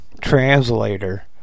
translator